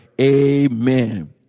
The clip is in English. Amen